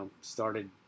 started